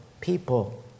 people